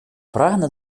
прагне